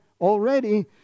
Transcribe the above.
already